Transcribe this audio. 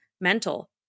mental